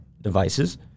devices